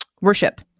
worship